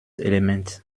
element